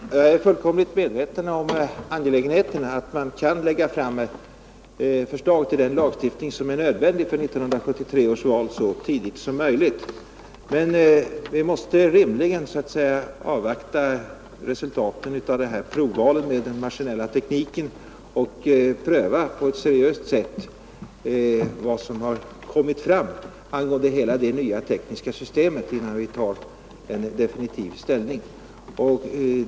Fru talman! Jag är fullkomligt medveten om angelägenheten av att framlägga ett förslag till den lagstiftning som är nödvändig inför 1973 års val så tidigt som möjligt. Men vi måste rimligen först avvakta resultatet av provvalet med hjälp av den maskinella tekniken och på ett seriöst sätt pröva vad man får fram av hela detta nya tekniska system innan vi tar en definitiv ställning.